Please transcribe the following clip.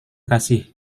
kasih